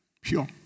pure